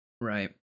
Right